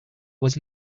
was